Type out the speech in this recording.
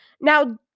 Now